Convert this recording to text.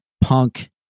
punk